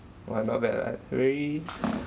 !wah! not bad ah very